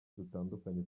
dutandukanye